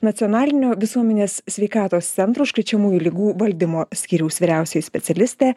nacionalinio visuomenės sveikatos centro užkrečiamųjų ligų valdymo skyriaus vyriausioj specialistė